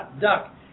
duck